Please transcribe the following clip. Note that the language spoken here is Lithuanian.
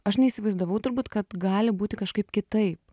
aš neįsivaizdavau turbūt kad gali būti kažkaip kitaip